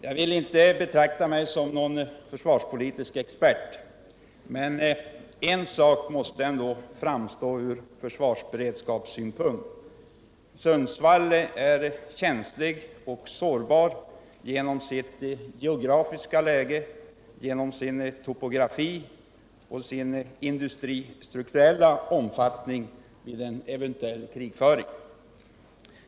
Jag vill inte betrakta mig som någon försvarspolitisk expert, men en sak måste ändock framstå som klar från försvarsberedskapssynpunkt: Sundsvall är vid en eventuell krigssituation känsligt och sårbart på grund av sitt geografiska läge och på grund av sin topografi och industristruktur.